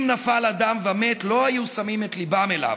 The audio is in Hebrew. אם נפל אדם ומת לא היו שמים ליבם אליו,